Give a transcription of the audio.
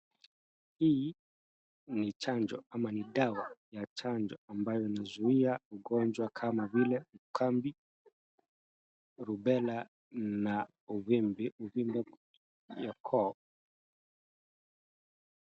Hii ni chanjo ama ni dawa ya chanjo ambayo inazuia ugonjwa kama vile ukambi, rubela na uvimbi ya koo.